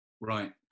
Right